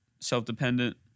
self-dependent